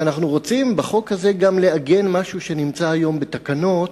שאנחנו רוצים בחוק הזה גם לעגן משהו שנמצא היום בתקנות,